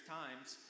times